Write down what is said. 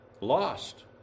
lost